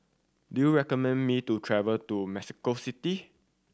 do you recommend me to travel to Mexico City